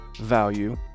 value